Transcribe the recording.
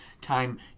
Time